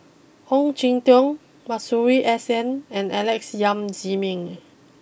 Ong Jin Teong Masuri S N and Alex Yam Ziming